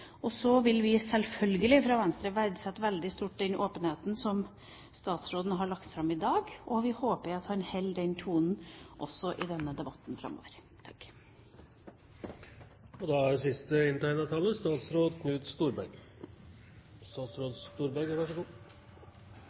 Så vil vi fra Venstre sjølsagt si at vi verdsetter veldig den åpenheten som statsråden har vist i dag, og vi håper at han holder den tonen i denne debatten også framover.